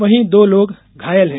वहीं दो लोग घायल हैं